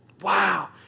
Wow